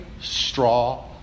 straw